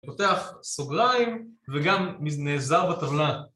פותח סוגריים וגם נעזר בטבלה